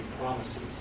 promises